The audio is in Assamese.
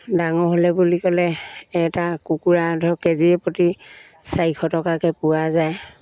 ডাঙৰ হ'লে বুলি ক'লে এটা কুকুৰা ধৰক কেজিয়ে প্ৰতি চাৰিশ টকাকে পোৱা যায়